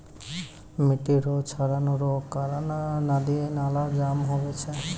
मिट्टी रो क्षरण रो कारण नदी नाला जाम हुवै छै